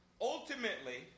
Ultimately